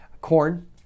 Corn